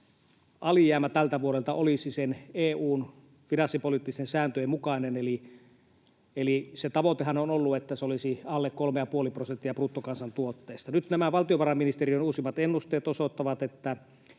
alijäämä tältä vuodelta olisi EU:n finanssipoliittisten sääntöjen mukainen. Eli tavoitehan on ollut, että se olisi alle kolme ja puoli prosenttia bruttokansantuotteesta. Nyt valtiovarainministeriön uusimmat ennusteet osoittavat, että